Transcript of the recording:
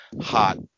hot